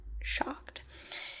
shocked